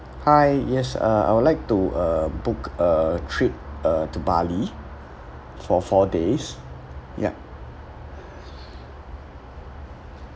hi yes uh I would like to uh book a trip uh to bali for four days yup